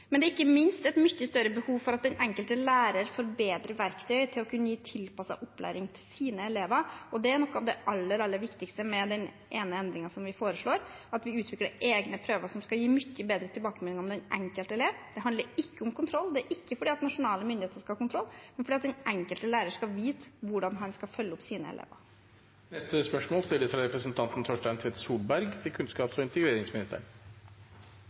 Men det er ikke minst et mye større behov for at den enkelte lærer får bedre verktøy til å kunne gi tilpasset opplæring til sine elever, og det er noe av det aller, aller viktigste med den ene endringen som vi foreslår, at vi utvikler egne prøver som skal gi mye bedre tilbakemeldinger om den enkelte elev. Det handler ikke om kontroll. Det er ikke fordi nasjonale myndigheter skal ha kontroll, men fordi den enkelte lærer skal vite hvordan han skal følge opp sine elever.